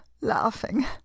laughing